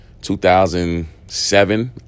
2007